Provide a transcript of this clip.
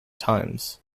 times